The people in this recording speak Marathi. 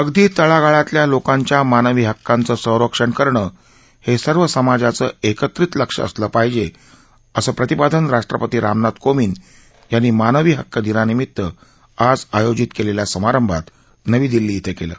अगदी तळागाळातल्या लोकांच्या मानवी हक्कांचं संरक्षण करणं हे सर्व समाजाचं एकत्रित लक्ष असलं पाहिजे असं प्रतिपादन राष्ट्रपती रामनाथ कोविंद यांनी मानवी हक्क दिनानिमित आज आयोजित केलेल्या समारंभात नवी दिल्ली इथं केलं